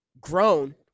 grown